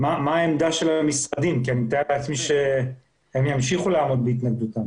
מה העמדה של המשרדים כי אני מתאר לעצמי שהם ימשיכו לעבוד אתם.